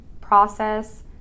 process